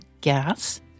gas